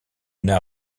n’as